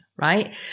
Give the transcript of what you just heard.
right